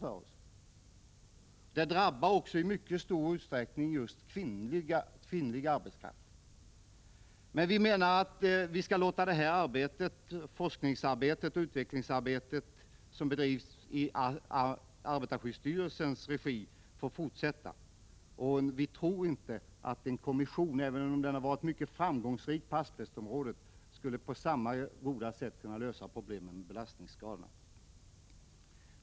Vi vet också att sådana skador i mycket stor utsträckning drabbar kvinnliga arbetstagare. Vi menar i utskottet att det forskningsoch utvecklingsarbete som bedrivs i arbetarskyddsstyrelsens regi måste få fortsätta. Vi tror inte att en kommission, även om en sådan har varit mycket framgångsrik på asbestområdet, skulle kunna på samma goda sätt lösa problemen med belastningsskadorna.